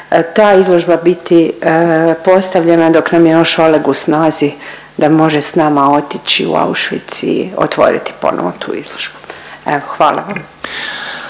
ta izložba biti postavljena dok nam je još Oleg u snazi da može s nama otići u Auschwitz i otvoriti ponovo tu izložbu. Evo hvala vam.